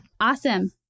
Awesome